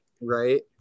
Right